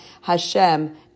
Hashem